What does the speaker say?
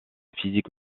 physique